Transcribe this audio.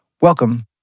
Welcome